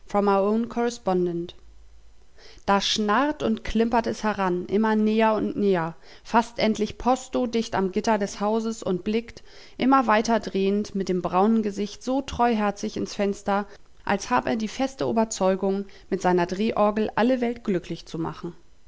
da schnarrt und klimpert es heran immer näher und näher faßt endlich posto dicht am gitter des hauses und blickt immer weiter drehend mit dem braunen gesicht so treuherzig ins fenster als hab er die feste oberzeugung mit seiner drehorgel alle welt glücklich zu machen